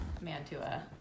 Mantua